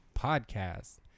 podcast